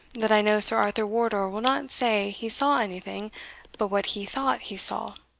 that i know sir arthur wardour will not say he saw anything but what he thought he saw.